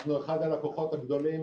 אנחנו אחד הלקוחות הגדולים,